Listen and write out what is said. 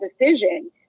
decision